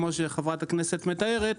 כמו שחברת הכנסת מתארת,